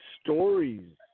stories